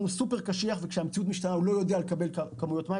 הוא סופר קשיח וכשהמציאות משתנה הוא לא יודע לקבל כמויות מים,